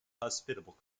hospitable